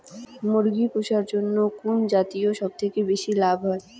মুরগি পুষার জন্য কুন জাতীয় সবথেকে বেশি লাভ হয়?